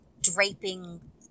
draping